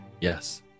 Yes